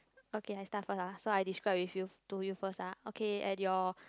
okay I start first ah so I describe with you to you first ah okay at your